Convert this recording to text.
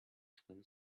twin